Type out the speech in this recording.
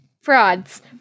frauds